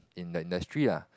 in the industry lah